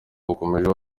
bwakomeje